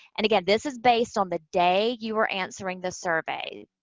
and, again, this is based on the day you were answering the survey.